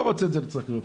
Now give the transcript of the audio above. לא רוצה לצרכים רפואיים.